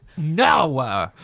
No